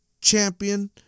champion